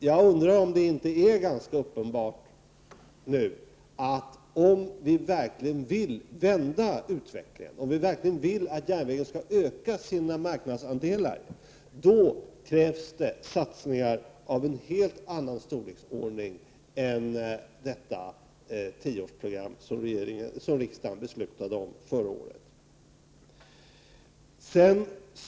Jag undrar om det inte är ganska uppenbart att om vi verkligen vill vända utvecklingen och om vi verkligen vill att järnvägen skall öka sin marknadsandel, då krävs satsningar av en helt annan storlek än i det tioårsprogram som riksdagen beslutade om förra året.